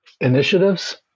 initiatives